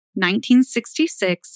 1966